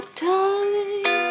darling